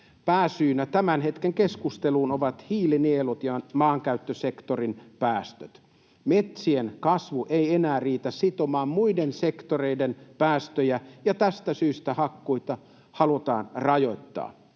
Pääsyynä tämän hetken keskusteluun ovat hiilinielut ja maankäyttösektorin päästöt. Metsien kasvu ei enää riitä sitomaan muiden sektoreiden päästöjä, ja tästä syystä hakkuita halutaan rajoittaa.